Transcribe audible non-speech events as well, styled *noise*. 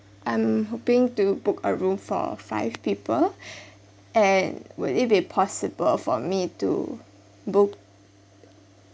I'm hoping to book a room for five people *breath* and will it be possible for me to book